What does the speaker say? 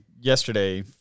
yesterday